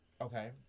Okay